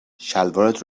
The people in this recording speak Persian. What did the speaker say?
شلوارت